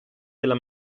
della